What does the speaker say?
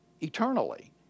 eternally